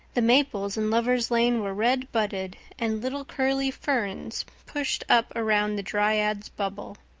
the maples in lover's lane were red budded and little curly ferns pushed up around the dryad's bubble.